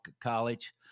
college